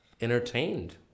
entertained